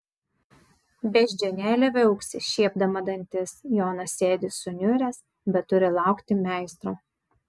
beždžionėlė viauksi šiepdama dantis jonas sėdi suniuręs bet turi laukti meistro